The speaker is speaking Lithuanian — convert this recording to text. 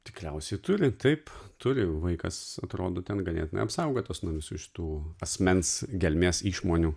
tikriausiai turi taip turi vaikas atrodo ten ganėtinai apsaugotas nuo visų šitų asmens gelmės išmonių